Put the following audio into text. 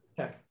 okay